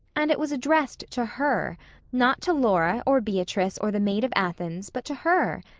and it was addressed to her not to laura or beatrice or the maid of athens, but to her,